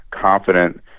confident